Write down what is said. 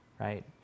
right